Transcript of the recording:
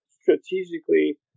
strategically